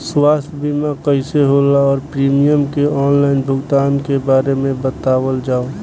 स्वास्थ्य बीमा कइसे होला और प्रीमियम के आनलाइन भुगतान के बारे में बतावल जाव?